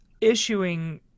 issuing